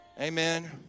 Amen